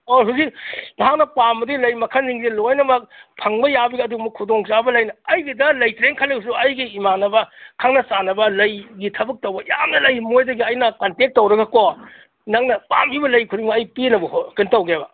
ꯑꯣ ꯍꯧꯖꯤꯛ ꯅꯍꯥꯛꯅ ꯄꯥꯝꯃꯗꯤ ꯂꯩ ꯃꯈꯜ ꯁꯤꯡꯁꯦ ꯂꯣꯏꯅꯃꯛ ꯐꯪꯕ ꯌꯥꯕꯒꯤ ꯑꯗꯨꯒꯨꯝꯕ ꯈꯨꯗꯣꯡ ꯆꯥꯕ ꯂꯩ ꯑꯩꯒꯤꯗ ꯂꯩꯇ꯭ꯔꯦꯅ ꯈꯜꯂꯒꯁꯨ ꯑꯩꯒꯤ ꯏꯃꯥꯟꯅꯕ ꯈꯪꯅ ꯆꯥꯟꯅꯕ ꯂꯩꯒꯤ ꯊꯕꯛ ꯇꯧꯕ ꯌꯥꯝꯅ ꯂꯩ ꯃꯣꯏꯗꯒꯤ ꯑꯩꯅ ꯀꯟꯇꯦꯛ ꯇꯧꯔꯒꯀꯣ ꯅꯪꯅ ꯄꯥꯝꯒꯤꯕ ꯂꯩ ꯈꯨꯗꯤꯡꯃꯛ ꯑꯩ ꯄꯤꯅꯕ ꯀꯩꯅꯣ ꯇꯧꯒꯦꯕ